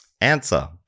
Answer